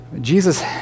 Jesus